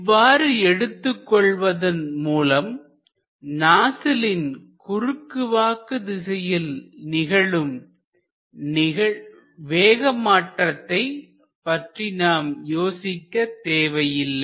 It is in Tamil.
இவ்வாறு எடுத்துக்கொள்வதன் மூலம் நாசிலின் குறுக்கு வாக்கு திசையில் நிகழும் வேக மாற்றத்தை பற்றி நாம் யோசிக்க தேவையில்லை